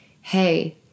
Hey